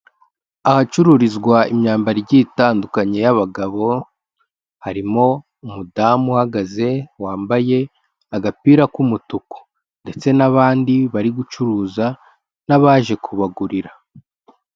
Ahacururizwa imyambaro igiye itandukanye y'abagabo, harimo umudamu uhagaze wambaye agapira k'umutuku. Ndetse n'abandi bari gucuruza n'abaje kubagurira.